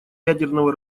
ядерного